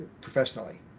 professionally